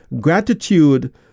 gratitude